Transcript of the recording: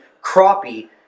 crappie